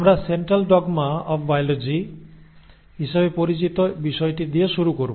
আমরা central dogma of biology হিসাবে পরিচিত বিষয়টি দিয়ে শুরু করব